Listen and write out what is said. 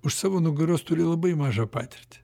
už savo nugaros turi labai mažą patirtį